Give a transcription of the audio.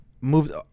moved